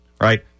right